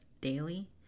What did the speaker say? daily